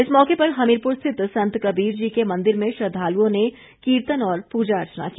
इस मौके पर हमीरपुर स्थित संत कबीर जी के मंदिर में श्रद्दालुओं ने कीर्तन और पूजा अर्चना की